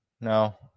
No